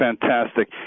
fantastic